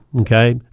okay